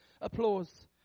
applause